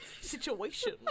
situation